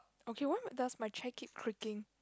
okay why does my chair keep creaking